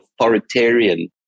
authoritarian